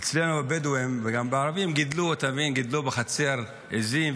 אצלנו הבדואים וגם אצל הערבים גידלו בחצר עיזים,